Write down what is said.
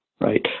Right